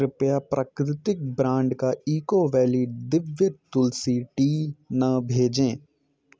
कृपया प्राकृतिक ब्रांड का eco valley Divya Tulsi tea न भेजें